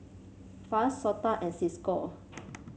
FAS SOTA and Cisco